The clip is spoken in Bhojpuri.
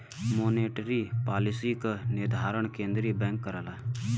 मोनेटरी पालिसी क निर्धारण केंद्रीय बैंक करला